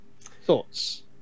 Thoughts